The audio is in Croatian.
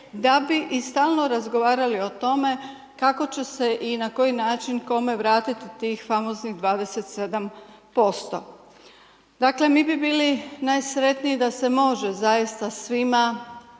da bi i stalno razgovarali o tome, kako će se i na koji način, kome vratiti tih famoznih 27%. Dakle mi bi bili najsretniji da se može zaista svima